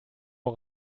der